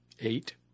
Eight